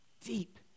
Deep